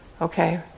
okay